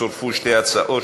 צורפו שתי הצעות,